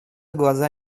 глаза